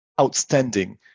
outstanding